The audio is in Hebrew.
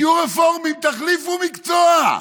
תהיו רפורמים, תחליפו מקצוע.